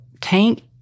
Tank